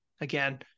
again